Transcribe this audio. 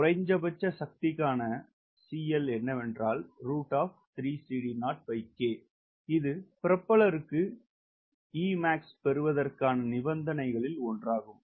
குறைந்தபட்ச சக்திக்கான CL என்னவென்றால் இது பிரோபிஎல்லர் க்கு Emax பெறுவதற்கான நிபந்தனைகளில் ஒன்றாகும்